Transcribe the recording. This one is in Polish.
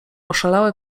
oszalałe